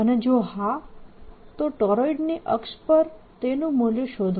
અને જો હા તો ટોરોઇડની અક્ષ પર તેનું મૂલ્ય શોધો